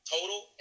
Total